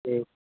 जी